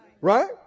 Right